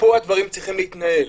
ופה הדברים צריכים להתנהל.